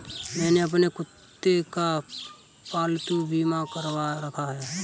मैंने अपने कुत्ते का पालतू बीमा करवा रखा है